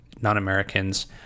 non-Americans